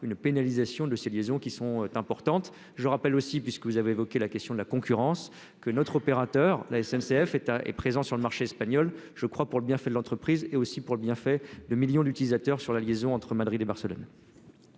une pénalisation de ces liaisons qui sont importantes, je rappelle aussi, puisque vous avez évoqué la question de la concurrence que notre opérateur, la SNCF est est présent sur le marché espagnol je crois pour le bienfait de l'entreprise et aussi pour le bien fait de millions d'utilisateurs sur la liaison entre Madrid et Barcelone.